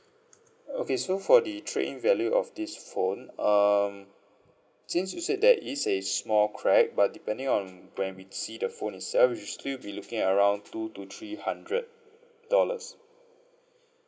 okay so for the trade in value of this phone um since you said there is a small crack but depending on when we see the phone itself which is usually we'll be looking at around two to three hundred dollars